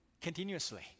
continuously